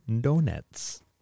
donuts